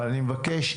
אני מבקש,